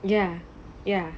ya ya